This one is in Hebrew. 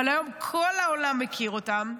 אבל היום כל העולם מכיר אותן.